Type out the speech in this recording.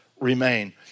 remain